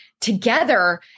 together